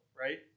right